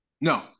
No